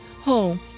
home